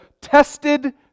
tested